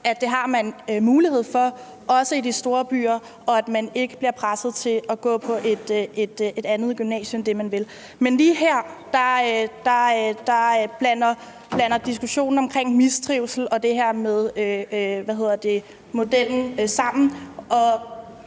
at man har mulighed for, også i de store byer, og at man ikke bliver presset til at gå på et andet gymnasie end det, man vil. Men lige her blandes diskussionen omkring mistrivsel og det her med modellen sammen, og